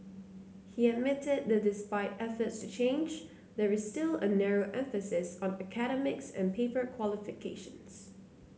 he admitted that despite efforts to change there is still a narrow emphasis on academics and paper qualifications